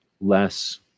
less